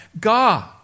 God